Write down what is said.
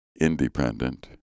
independent